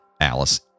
Alice